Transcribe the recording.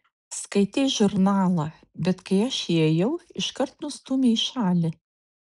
skaitei žurnalą bet kai aš įėjau iškart nustūmei į šalį